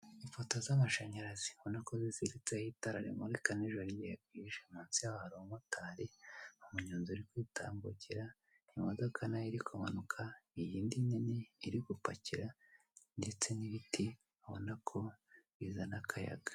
Ipoto z'amashanyarazi ubona ko riziritseho itara rimurika ni joro igihe bwije. Munsi ya ho hari umumotari, umunyonzi uri kwitambukira, imodoka na yo iri kumanuka, iyindi nini iri gupakira ndetse n'ibiti ubona ko bizana akayaga.